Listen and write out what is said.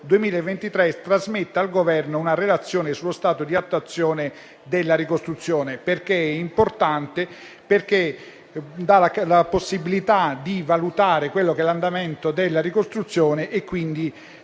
2023, trasmetta al Governo una relazione sullo stato di attuazione della ricostruzione. La reputo importante perché dà la possibilità di valutare l'andamento della ricostruzione e di